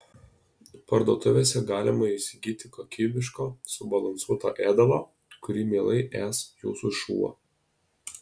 parduotuvėse galima įsigyti kokybiško subalansuoto ėdalo kurį mielai ės jūsų šuo